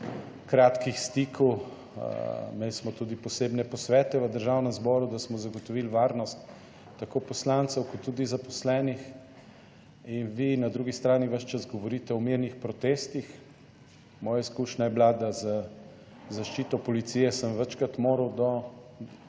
kratkih stikov. Imeli smo tudi posebne posvete v Državnem zboru, da smo zagotovili varnost tako poslancev kot tudi zaposlenih. In vi na drugi strani ves čas govorite o mirnih protestih. Moja izkušnja je bila, da z zaščito policije sem večkrat moral do